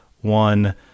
One